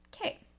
Okay